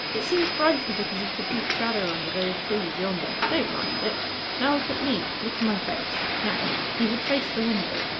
it seems brighter because of the deep shadow under those trees yonder. don't mind it now look at me look in my face now he had faced the window,